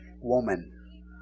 woman